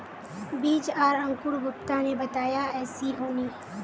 बीज आर अंकूर गुप्ता ने बताया ऐसी होनी?